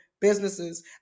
businesses